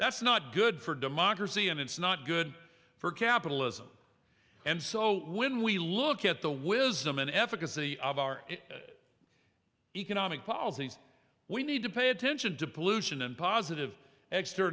that's not good for democracy and it's not good for capitalism and so when we look at the wisdom and efficacy of our economic policies we need to pay attention to pollution and positive ext